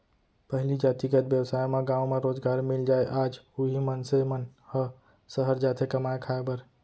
पहिली जातिगत बेवसाय म गाँव म रोजगार मिल जाय आज उही मनसे मन ह सहर जाथे कमाए खाए बर